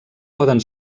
poden